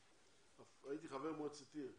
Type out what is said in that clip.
הייתי חבר מועצת עיר,